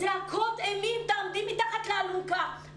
זועקים זעקות אימים: תעמדי מתחת לאלונקה.